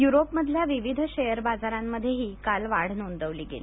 युरोपमधल्या विविध शेअर बाजारांमध्येही काल वाढ नोंदली गेली